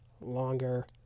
longer